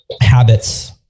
habits